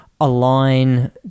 align